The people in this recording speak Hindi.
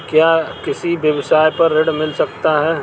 क्या किसी व्यवसाय पर ऋण मिल सकता है?